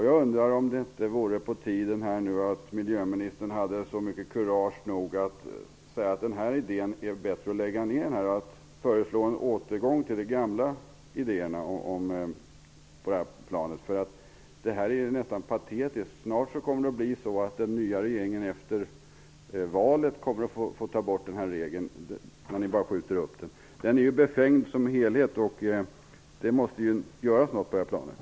Jag undrar om det nu inte vore på tiden att miljöministern hade kurage nog att säga att det är bättre att lägga ned den här idén och föreslå en återgång till de gamla idéerna. Det är nästan patetiskt. Snart kommer det att bli så att den nya regeringen efter valet kommer att få ta bort den här regeln, eftersom ni bara skjuter upp beslutet. Den är befängd som helhet, och det måste göras något på den här punkten.